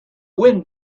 wind